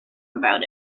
about